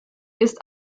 ist